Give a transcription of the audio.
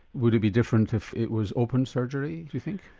would it be different if it was open surgery do you think?